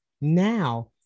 now